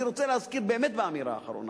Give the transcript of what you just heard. אני רוצה להזכיר, באמירה אחרונה,